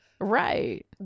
Right